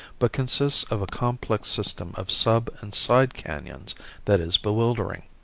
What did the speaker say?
but consists of a complex system of sub and side canons that is bewildering.